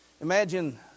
Imagine